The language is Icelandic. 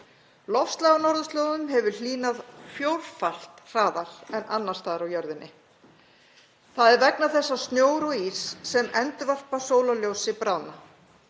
Loftslag á norðurslóðum hefur hlýnað fjórfalt hraðar en annars staðar á jörðinni. Það er vegna þess að snjór og ís sem endurvarpar sólarljósi bráðnar.